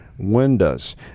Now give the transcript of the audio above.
windows